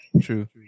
True